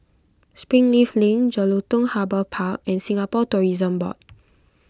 Springleaf Link Jelutung Harbour Park and Singapore Tourism Board